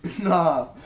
Nah